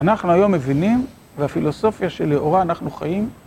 אנחנו היום מבינים, והפילוסופיה של לאורה, אנחנו חיים.